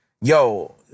yo